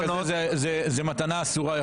זאת יכולה להיות מתנה אסורה.